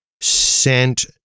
sent